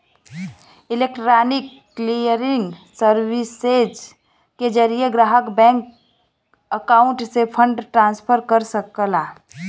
electronic clearing services के जरिये ग्राहक बैंक अकाउंट से फंड ट्रांसफर कर सकला